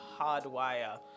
hardwire